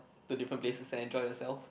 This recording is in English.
to different places and enjoy yourself